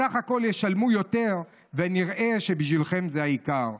/ בסך הכול ישלמו יותר, ונראה שבשבילכם זה העיקר.